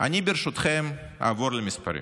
אני ברשותכם אעבור למספרים.